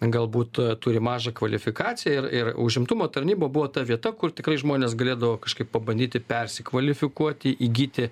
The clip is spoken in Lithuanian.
galbūt turi mažą kvalifikaciją ir ir užimtumo tarnyba buvo ta vieta kur tikrai žmonės galėdavo kažkaip pabandyti persikvalifikuoti įgyti